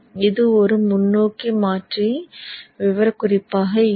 இது ஒரு முன்னோக்கி மாற்றி விவரக்குறிப்பாக இருக்கும்